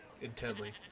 intently